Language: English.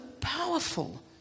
powerful